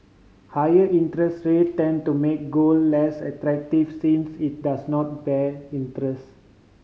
higher interest rate tend to make gold less attractive since it does not bear interest